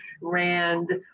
Rand